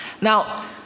Now